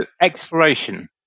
Exploration